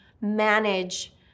manage